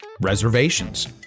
reservations